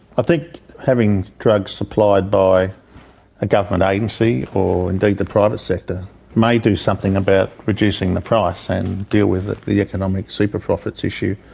i think having drugs supplied by a government agency or indeed the private sector may do something about reducing the price, and deal with it, the economic super profits issue,